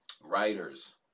Writers